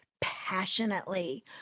Passionately